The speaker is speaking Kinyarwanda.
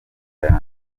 yanjye